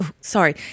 sorry